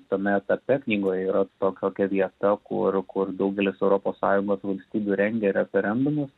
tame etape knygoje yra to kokia vieta kur kur daugelis europos sąjungos valstybių rengia referendumus